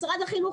משרד החינוך